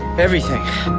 everything.